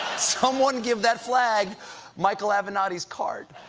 someone give that flag michael avenatti's card.